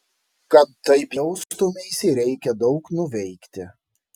kad taip jaustumeisi reikia daug nuveikti